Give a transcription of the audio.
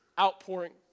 outpouring